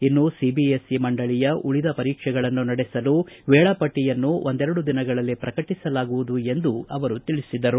ಇನ್ನು ಸಿಐಎಸ್ಸಿ ಮಂಡಳಿಯ ಉಳಿದ ಪರೀಕ್ಷೆಗಳನ್ನು ನಡೆಸಲು ವೇಳಾಪಟ್ಟಿಯನ್ನು ಒಂದೆರಡು ದಿನಗಳಲ್ಲಿ ಪ್ರಕಟಿಸಲಾಗುವುದು ಎಂದು ತಿಳಿಸಿದರು